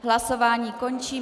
Hlasování končím.